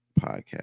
podcast